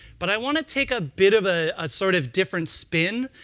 but i want to take a bit of a ah sort of different spin,